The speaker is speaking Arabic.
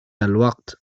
الوقت